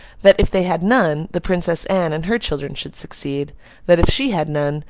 that if they had none, the princess anne and her children should succeed that if she had none,